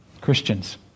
Christians